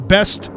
Best